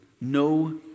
no